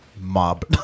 mob